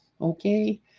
okay